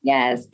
Yes